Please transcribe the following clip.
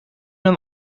een